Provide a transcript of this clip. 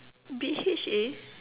B_H_A